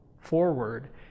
forward